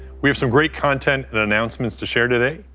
we have some great content and announcements to share today,